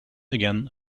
again